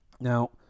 now